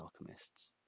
alchemists